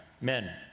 Men